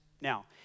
Now